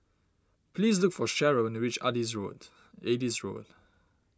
please look for Cheryll when you reach Adis Road Adis Road